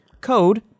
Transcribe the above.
code